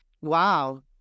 wow